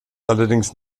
allerdings